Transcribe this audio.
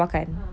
(uh huh)